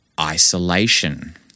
isolation